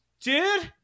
dude